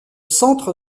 centre